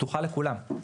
פתוחה לכולם,